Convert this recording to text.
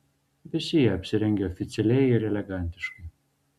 visi jie apsirengę oficialiai ir elegantiškai